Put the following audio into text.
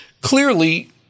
clearly